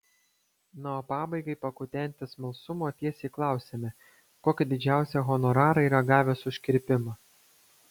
na o pabaigai pakutenti smalsumo tiesiai klausiame kokį didžiausią honorarą yra gavęs už kirpimą